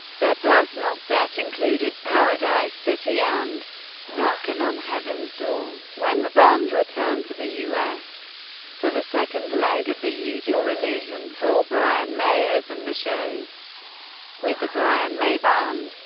their personal set included paradise city and knockin' on heaven's door. when the band returned to the us for the second leg of the use your illusion tour, brian may opened the shows with the brian may band.